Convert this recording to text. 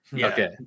Okay